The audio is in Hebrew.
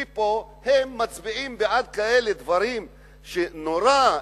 ופה הם מצביעים בעד כאלה דברים ש, נורא.